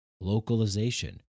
localization